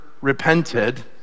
repented